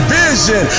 vision